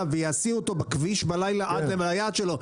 ויסיעו אותו בכביש בלילה עד היעד שלו.